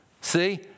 See